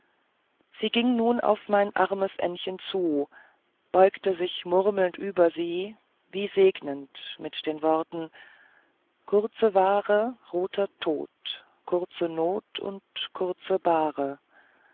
sie ging nun auf mein armes ännchen zu beugte sich murmelnd über sie wie segnend mit den worten kurze ware roter tod kurze not und kurze bahre